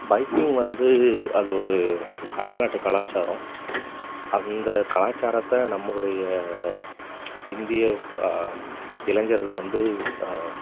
biking வந்து அது ஒரு அயல்நாட்டு கலாச்சாரம் அந்த கலாச்சாரத்தை நம்முடைய இந்திய இளைஞர்கள் வந்து